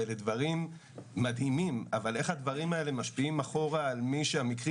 אלה דברים מדהימים אבל איך הדברים האלה משפיעים אחורה על מי שהמקרים